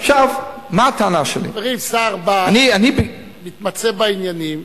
שר בא, מתמצא בעניינים.